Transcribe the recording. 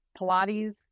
pilates